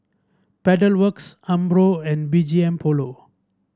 Pedal Works Umbro and B G M Polo